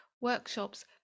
workshops